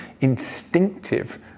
instinctive